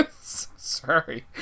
Sorry